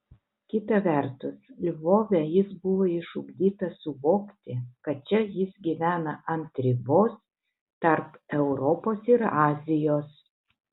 kita vertus lvove jis buvo išugdytas suvokti kad čia jis gyvena ant ribos tarp europos ir azijos